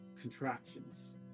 contractions